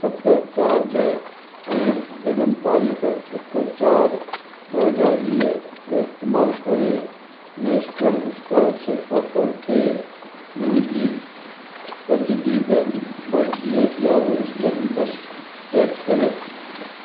सत चारि ॿ ऐं जनमु तारीख़ हिकु चारि ॿ हज़ार वीह जो इस्तेमालु करे नैशनल स्कोलरशिप पोर्टल ते मुंहिंजी तजदीद अर्ज़ीअ जो स्टेटस ट्रेक करियो